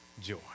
joy